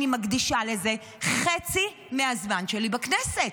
אני מקדישה לזה חצי מהזמן שלי בכנסת.